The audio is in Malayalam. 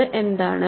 ഇത് എന്താണ്